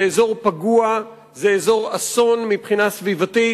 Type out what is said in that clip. זה אזור פגוע, זה אזור אסון מבחינה סביבתית.